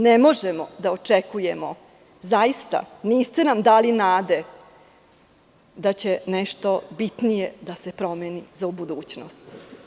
Ne možemo da očekujemo, niste nam dali nade, da će nešto bitnije da se promeni u budućnosti.